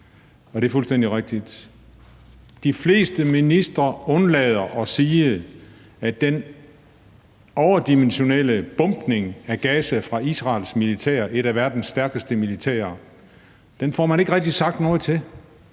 og det er fuldstændig rigtigt. De fleste ministre undlader at sige noget om den overdimensionerede bombning af Gaza fra Israels militær, som er et af de stærkeste i verden, dem får man ikke rigtig sagt noget om.